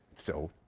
so?